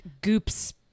goops